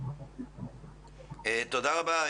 תודה רבה.